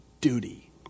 duty